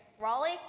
Raleigh